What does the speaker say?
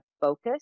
focus